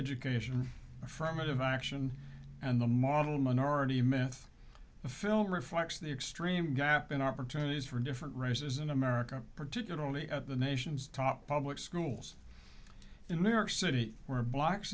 education affirmative action and the model minority myth the film reflects the extreme gap in opportunities for different races in america particularly at the nation's top public schools in new york city where blacks